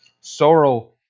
Sorrow